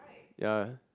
ya